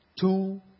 two